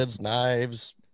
knives